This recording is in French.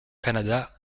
canada